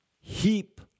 heap